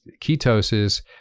ketosis